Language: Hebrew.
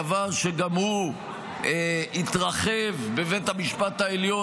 דבר שגם הוא התרחב בבית המשפט העליון